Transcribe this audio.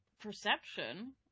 Perception